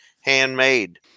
handmade